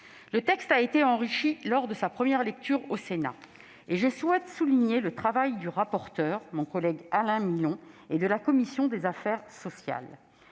Le texte a été enrichi lors de sa première lecture au Sénat, et je souhaite souligner le travail du rapporteur, Alain Milon, et de la commission des affaires sociales.